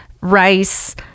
rice